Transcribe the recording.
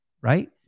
right